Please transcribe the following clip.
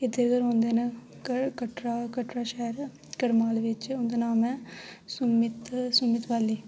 इद्धर गै रौंह्दे न कटरा कटरा शैह्र करमाल बिच्च उन्दा नाम ऐ सुमित सुमित बाली